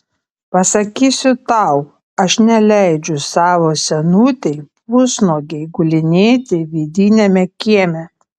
pasakysiu tau aš neleidžiu savo senutei pusnuogei gulinėti vidiniame kieme